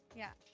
yeah.